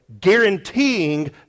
guaranteeing